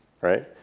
right